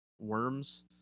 worms